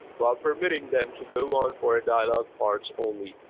while permitting them to go on for dialogue parts only,